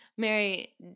Mary